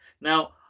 Now